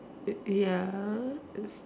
ya